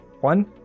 One